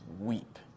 weep